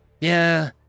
Yeah